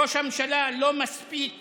ראש הממשלה, לא מספיק